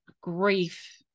grief